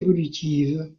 évolutive